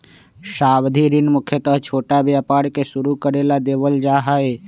सावधि ऋण मुख्यत छोटा व्यापार के शुरू करे ला देवल जा हई